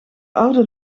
oude